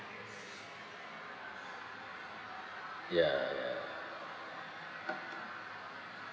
ya ya